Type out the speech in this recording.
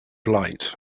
light